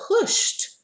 pushed